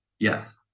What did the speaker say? Yes